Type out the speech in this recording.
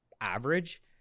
average